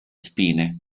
spine